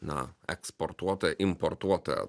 na eksportuotoją importuotoją